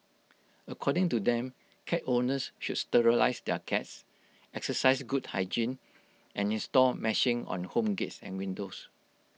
according to them cat owners should sterilise their cats exercise good hygiene and install meshing on home gates and windows